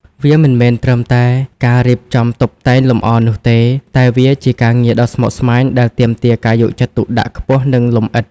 វាមិនមែនត្រឹមតែការរៀបចំតុបតែងលម្អនោះទេ តែវាជាការងារដ៏ស្មុគស្មាញដែលទាមទារការយកចិត្តទុកដាក់ខ្ពស់និងលម្អិត។